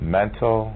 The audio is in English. mental